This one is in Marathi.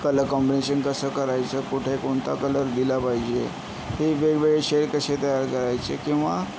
कलर कॉम्बिनेशन कसंं करायचं कुठे कोणता कलर दिला पाहिजे ते वेगवेगळे शेड कसे तयार करायचे किंवा